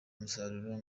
umusaruro